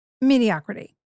mediocrity